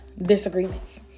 Disagreements